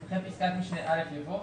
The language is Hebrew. - אחרי פסקת משנה (א) יבוא: